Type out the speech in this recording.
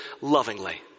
lovingly